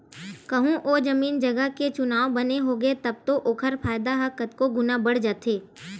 कहूँ ओ जमीन जगा के चुनाव बने होगे तब तो ओखर फायदा ह कतको गुना बड़ जाथे